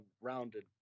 rounded